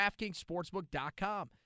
DraftKingsSportsbook.com